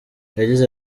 yagize